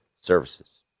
services